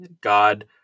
God